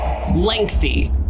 lengthy